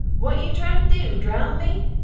what you tryin to do, drown me?